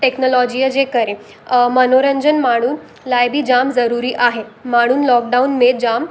टेक्नोलॉजीअ जे करे मनोरंजन माण्हू लाइ बि जाम ज़रूरी आहे माण्हू लॉकडाउन में जामु